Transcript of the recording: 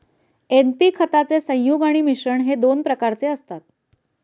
NP चे खताचे संयुग आणि मिश्रण हे दोन प्रकारचे असतात